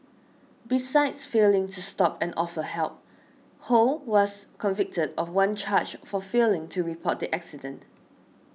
besides failing to stop and offer help Ho was convicted of one charge for failing to report the accident